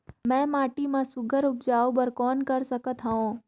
मैं माटी मा सुघ्घर उपजाऊ बर कौन कर सकत हवो?